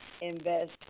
invest